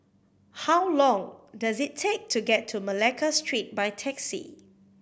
how long does it take to get to Malacca Street by taxi